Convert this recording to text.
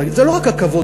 זה לא רק הכבוד,